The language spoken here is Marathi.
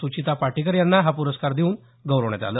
सुचिता पाटेकर यांना हा प्रस्कार देऊन गौरवण्यात आलं